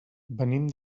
venim